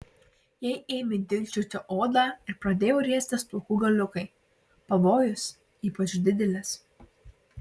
jei ėmė dilgčioti odą ir pradėjo riestis plaukų galiukai pavojus ypač didelis